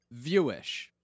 viewish